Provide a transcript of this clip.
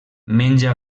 menja